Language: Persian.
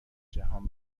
جهان